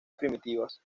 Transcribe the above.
primitivas